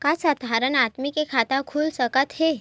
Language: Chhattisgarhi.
का साधारण आदमी के खाता खुल सकत हे?